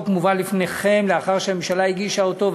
הצעת החוק מובאת לפניכם לאחר שהממשלה הגישה אותה,